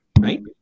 right